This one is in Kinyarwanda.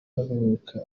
havuka